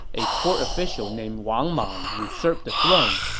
a court official named wang mang usurped the throne.